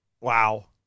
Wow